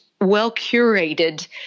well-curated